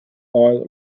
oil